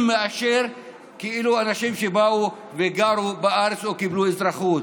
מאשר אנשים שבאו וגרו בארץ או קיבלו אזרחות.